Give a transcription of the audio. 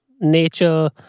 nature